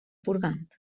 purgant